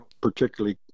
particularly